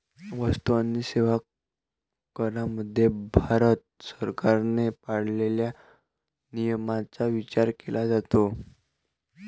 वस्तू आणि सेवा करामध्ये भारत सरकारने पाळलेल्या नियमांचा विचार केला जातो